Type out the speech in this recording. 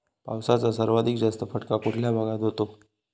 पावसाचा सर्वाधिक जास्त फटका कुठल्या भागात होतो?